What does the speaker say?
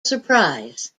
surprise